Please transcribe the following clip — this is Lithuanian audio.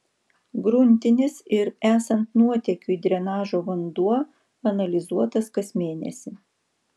gruntinis ir esant nuotėkiui drenažo vanduo analizuotas kas mėnesį